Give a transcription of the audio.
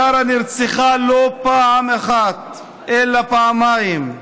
יארא נרצחה לא פעם אחת, אלא פעמיים: